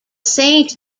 saint